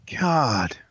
God